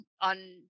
on